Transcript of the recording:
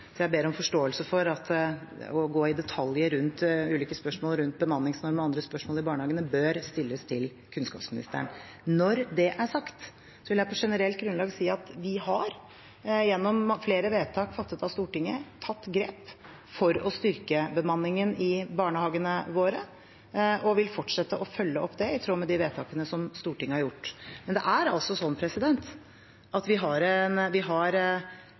så jeg ber om forståelse for at jeg ikke kan gå i detalj om ulike spørsmål rundt bemanningsnorm og andre spørsmål om barnehagene. Slike spørsmål bør stilles til kunnskapsministeren. Når det er sagt, vil jeg på generelt grunnlag si at vi gjennom flere vedtak fattet av Stortinget har tatt grep for å styrke bemanningen i barnehagene våre, og vi vil fortsette å følge opp det i tråd med de vedtakene som Stortinget har gjort. Men det er altså sånn at vi har